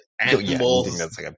animals